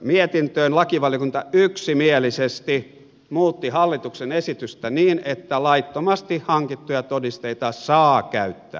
lakivaliokunta yksimielisesti muutti hallituksen esitystä niin että laittomasti hankittuja todisteita saa käyttää